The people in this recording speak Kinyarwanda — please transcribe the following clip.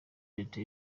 leta